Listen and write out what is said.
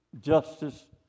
justice